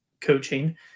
coaching